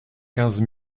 quinze